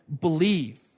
believe